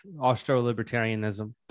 Austro-libertarianism